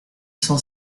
cent